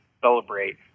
celebrate